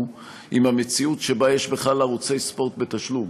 עם המציאות שבה יש בכלל ערוצי ספורט בתשלום.